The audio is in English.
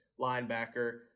linebacker